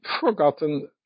forgotten